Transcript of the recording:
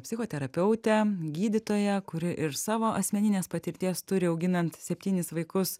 psichoterapeutę gydytoją kuri ir savo asmeninės patirties turi auginant septynis vaikus